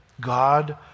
God